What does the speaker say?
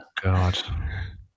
god